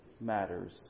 matters